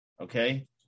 okay